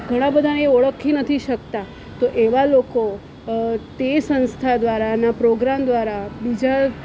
ઘણા બધાને એ ઓળખી નથી શકતા તો એવાં લોકો તે સંસ્થા દ્વારાના પ્રોગ્રામ દ્વારા બીજા